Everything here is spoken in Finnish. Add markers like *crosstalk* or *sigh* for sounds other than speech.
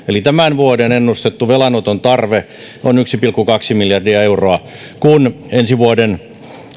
*unintelligible* eli tämän vuoden ennustettu velanoton tarve on yksi pilkku kaksi miljardia euroa kun ensi vuoden